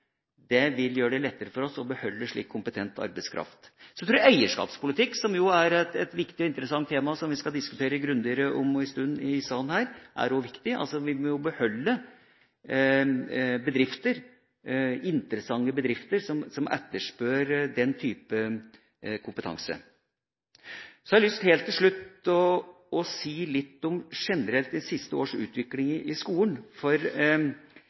Det vil gjøre det lettere for oss å beholde en slik kompetent arbeidskraft. Så tror jeg eierskapspolitikk, som jo er et viktig og interessant tema som vi om en stund skal diskutere grundigere her i salen, også er viktig. Vi må beholde interessante bedrifter som etterspør den type kompetanse. Helt til slutt har jeg lyst til å si litt generelt om de siste års utvikling i skolen.